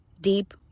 deep